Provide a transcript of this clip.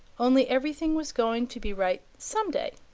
only everything was going to be right some day.